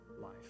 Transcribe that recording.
life